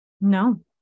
No